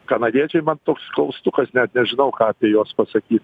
kanadiečiai man toks klaustukas net nežinau ką apie juos pasakyt